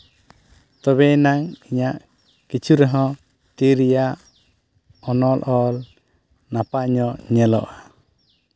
ᱛᱚᱵᱮ ᱮᱱᱟᱝ ᱤᱧᱟᱹᱜ ᱠᱤᱪᱷᱩ ᱨᱮ ᱦᱚᱸ ᱛᱤ ᱨᱮᱭᱟᱜ ᱚᱱᱚᱞ ᱚᱞ ᱱᱟᱯᱟᱭ ᱧᱚᱜ ᱧᱮᱞᱚᱜᱼᱟ